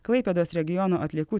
klaipėdos regiono atliekų